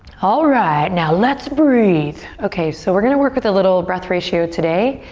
alright, now let's breathe. okay, so we're gonna work with a little breath ratio today.